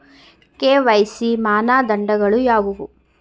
KYC ಮಾನದಂಡಗಳು ಯಾವುವು?